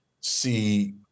see